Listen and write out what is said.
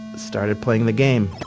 started playing the game,